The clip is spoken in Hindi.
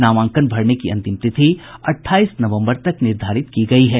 नामांकन भरने की अंतिम तिथि अठाईस नवम्बर तक निर्धारित की गयी है